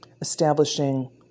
establishing